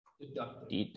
deductive